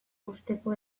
uzteko